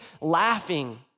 laughing